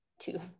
two